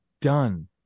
done